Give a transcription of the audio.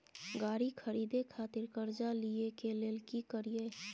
गाड़ी खरीदे खातिर कर्जा लिए के लेल की करिए?